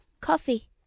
Coffee